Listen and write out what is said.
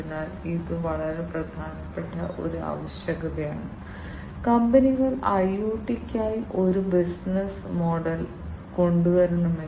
അതിനാൽ പാൽ നീങ്ങുമ്പോൾ ഇംപെല്ലർ കറങ്ങുകയും കൺട്രോൾ യൂണിറ്റിലേക്ക് വൈദ്യുത സിഗ്നൽ അയയ്ക്കുകയും ചെയ്യുന്നു